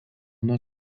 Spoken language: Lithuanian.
nuo